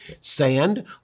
Sand